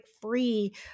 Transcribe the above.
free